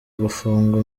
gufungwa